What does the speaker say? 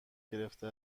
گرفته